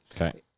Okay